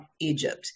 Egypt